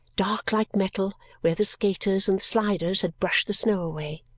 dark like metal where the skaters and sliders had brushed the snow away.